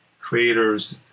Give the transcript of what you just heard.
creators